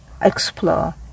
explore